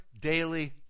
daily